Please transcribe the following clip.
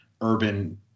Urban